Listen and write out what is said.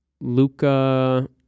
Luca